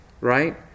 Right